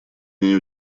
ней